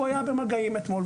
שהוא היה במגעים אתמול,